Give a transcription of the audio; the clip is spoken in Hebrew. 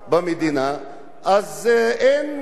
אז אין מענה לזה.